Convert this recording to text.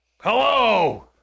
hello